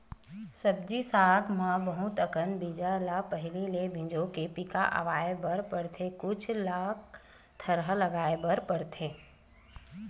सब्जी साग म बहुत अकन के बीजा ल पहिली भिंजोय के पिका अवा बर परथे अउ कुछ ल थरहा लगाए बर परथेये